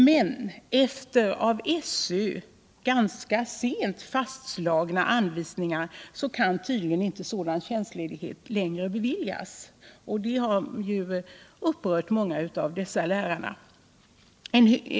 Men enligt av SÖ ganska sent fastslagna anvisningar kan tydligen sådan tjänstledighet inte längre beviljas, vilket upprört många av lärarna.